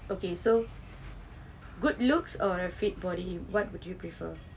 okay so good looks or a fit body what would you prefer